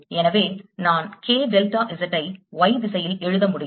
எனவே நான் K delta Z ஐ Y திசையில் எழுத முடியும்